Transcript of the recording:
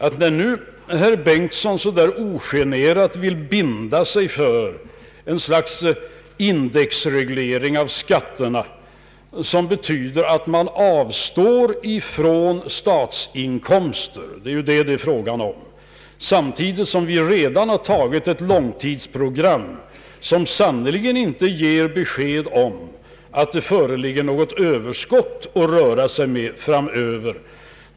Nu föreslår herr Bengtson ogenerat att vi skall binda oss för ett slags indexreglering av skatterna, som betyder att man avstår från statsinkomster — det är ju vad det är fråga om — samtidigt som vi redan har tagit ett långtidsprogram, som sannerligen inte ger besked om att det finns ett överskott av pengar att röra sig med framöver.